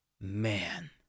Man